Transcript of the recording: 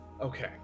Okay